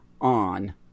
on